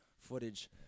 footage